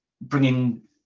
bringing